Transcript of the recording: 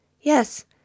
Yes